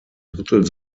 drittel